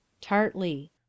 Tartly